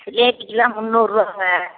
ஜிலேபிக்கெலாம் முன்னூறுரூவாங்க